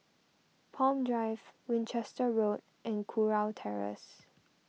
Palm Drive Winchester Road and Kurau Terrace